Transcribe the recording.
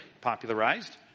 popularized